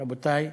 רבותי,